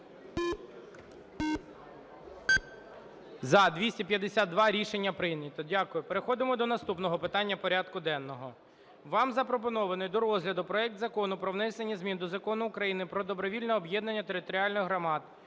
За-252 Рішення прийнято. Дякую. Переходимо до наступного питання порядку денного. Вам запропонований до розгляду проект Закону про внесення змін до Закону України "Про добровільне об'єднання територіальних громад"